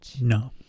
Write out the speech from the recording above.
No